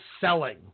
selling